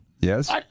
Yes